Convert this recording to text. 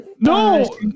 No